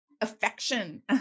affection